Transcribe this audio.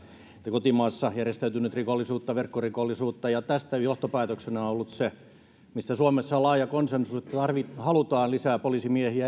kotimaassa järjestäytynyttä rikollisuutta verkkorikollisuutta ja tästä johtopäätöksenä on ollut se mistä suomessa on laaja konsensus että halutaan lisää poliisimiehiä